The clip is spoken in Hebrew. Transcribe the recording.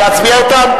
להצביע אותה?